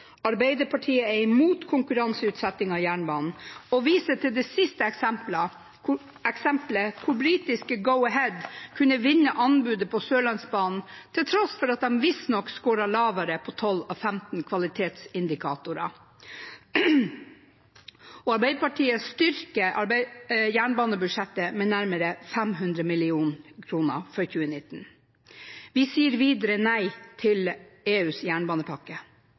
Arbeiderpartiet er imot konkurranseutsetting av jernbanen og viser til det siste eksemplet, hvor britiske Go-Ahead kunne vinne anbudet om Sørlandsbanen til tross for at de visstnok skåret lavere på tolv av femten kvalitetsindikatorer. Arbeiderpartiet styrker jernbanebudsjettet med nærmere 500 mill. kr for 2019. Vi sier videre nei til EUs jernbanepakke.